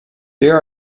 there